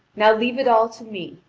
now leave it all to me!